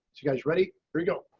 you guys ready. here we go.